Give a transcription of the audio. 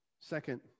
Second